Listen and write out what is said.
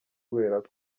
kuberako